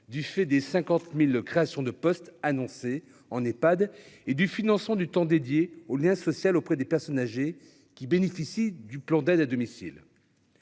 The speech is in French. du fait des 50000 créations de postes annoncées en Ephad et du financement du temps dédié au lien social auprès des personnes âgées qui bénéficie du plan d'aide à domicile,